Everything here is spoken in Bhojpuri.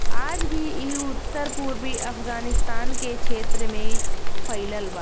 आज भी इ उत्तर पूर्वी अफगानिस्तान के क्षेत्र में फइलल बा